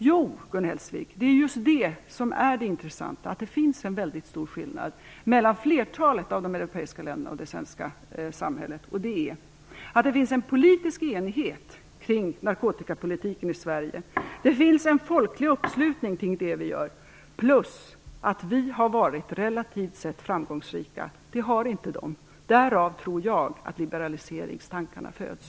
Jo, Gun Hellsvik, det intressanta är att det finns en mycket stor skillnad mellan flertalet av de europeiska staterna och det svenska samhället. Det finns en politisk enighet kring narkotikapolitiken i Sverige och en folklig förankring kring det som vi gör. Dessutom har vi varit relativt sett framgångsrika. Det har inte de andra varit, och jag tror att det är ur det förhållandet som liberaliseringstankarna har fötts.